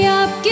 up